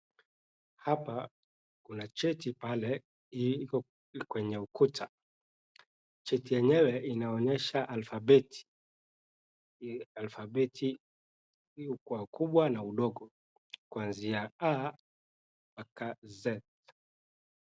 Hapa kuna cheti pale ile iko kwa ukuta, cheti yenyewe inaonyesha alphabet hii ni alphabet iko kwa ukubwa na udogo, kwanzia a mpaka z.